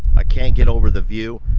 i can't get over the view.